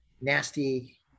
nasty